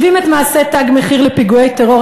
שמשווים את מעשי "תג מחיר" לפיגועי טרור,